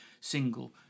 single